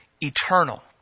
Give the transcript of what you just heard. eternal